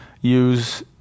use